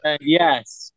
Yes